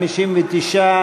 59,